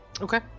Okay